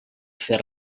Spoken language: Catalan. fer